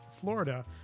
Florida